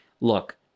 Look